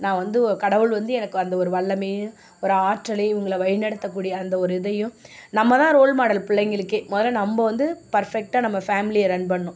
நான் வந்து கடவுள் வந்து எனக்கு அந்த ஒரு வல்லமையை ஒரு ஆற்றலை இவங்களை வழிநடத்தக்கூடிய அந்த ஒரு இதையும் நம்ம தான் ரோல் மாடல் பிள்ளைங்களுக்கே முதலில் நம்ம வந்து பர்ஃபெக்ட்டாக நம்ம ஃபேமிலியை ரன் பண்ணணும்